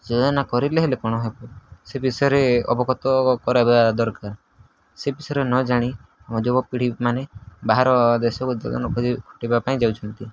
ଯୋଜନା କରିଲେ ହେଲେ କ'ଣ ହେବ ସେ ବିଷୟରେ ଅବଗତ କର ଦରକାର ସେ ବିଷୟରେ ନ ଜାଣି ଆମ ଯୁବପିଢ଼ି ମାନେ ବାହାର ଦେଶକୁ ଖଟିବା ପାଇଁ ଯାଉଛନ୍ତି